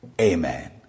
Amen